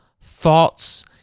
thoughts